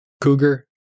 cougar